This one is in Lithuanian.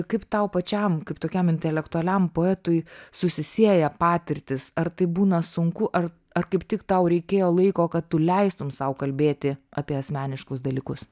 kaip tau pačiam kaip tokiam intelektualiam poetui susisieja patirtys ar tai būna sunku ar ar kaip tik tau reikėjo laiko kad tu leistum sau kalbėti apie asmeniškus dalykus